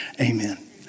Amen